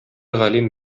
галим